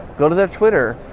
go to their twitter,